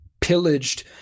pillaged